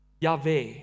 Yahweh